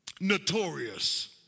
Notorious